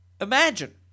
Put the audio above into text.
imagine